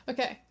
Okay